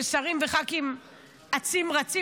כששרים וח"כים אצים רצים,